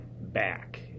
back